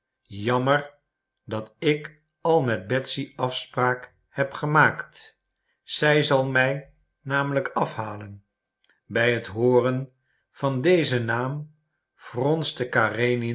wedren jammer dat ik al met betsy afspraak heb gemaakt zij zal mij namelijk afhalen bij het hooren van dezen naam fronste karenin